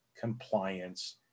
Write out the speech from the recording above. compliance